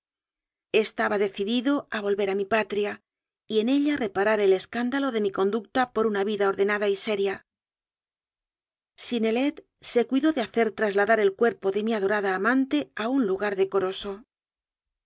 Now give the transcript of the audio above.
estaba decidido a volver a mi patria y en ella re parar el escándalo de mi conducta por una vida ordenada y seria synnelet se cuidó de hacer trasladar el cuerpo de mi adorada amante a un lugar decoroso